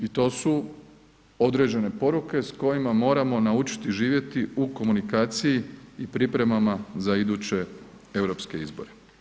I to su određene poruke s kojima moramo naučiti živjeti u komunikaciji i pripremama za iduće europske izbore.